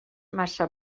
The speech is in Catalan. massa